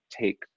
take